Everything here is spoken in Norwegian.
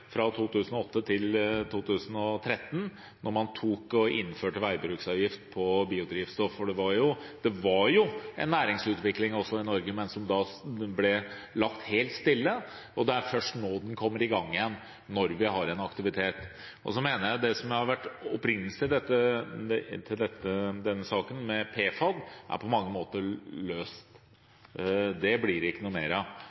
fra 2008 til 2013, da man innførte veibruksavgift på biodrivstoff. Det var en næringsutvikling også i Norge, men den ble lagt helt stille, og det er først nå den kommer i gang igjen, når vi har en aktivitet. Jeg mener også at det som har vært opprinnelsen til denne saken, det med PFAD, på mange måter er løst. Det blir det ikke noe mer av